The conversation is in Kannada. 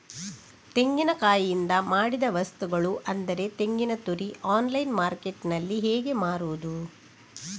ತೆಂಗಿನಕಾಯಿಯಿಂದ ಮಾಡಿದ ವಸ್ತುಗಳು ಅಂದರೆ ತೆಂಗಿನತುರಿ ಆನ್ಲೈನ್ ಮಾರ್ಕೆಟ್ಟಿನಲ್ಲಿ ಹೇಗೆ ಮಾರುದು?